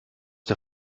der